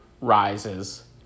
rises